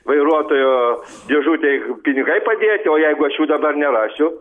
vairuotojo dėžutėj pinigai padėti o jeigu aš jų dabar nerasiu